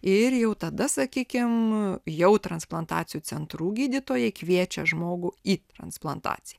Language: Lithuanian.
ir jau tada sakykim jau transplantacijų centrų gydytojai kviečia žmogų į transplantaciją